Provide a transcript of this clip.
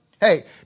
Hey